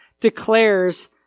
declares